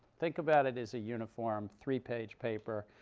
think about it as a uniform three-page paper.